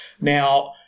now